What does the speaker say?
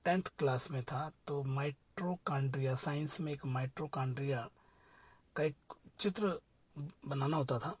tenth class में था तो माइटोकांड्रिया साइंस में एक माइटोकांड्रिया का एक चित्र बनाना होता था